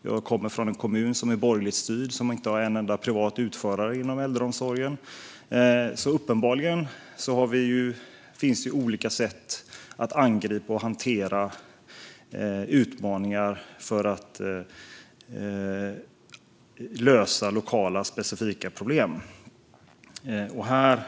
Jag kommer från en kommun som är borgerligt styrd men som inte har en enda privat utförare inom äldreomsorgen. Uppenbarligen finns det olika sätt att angripa och hantera utmaningar och för att lösa lokala specifika problem.